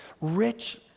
rich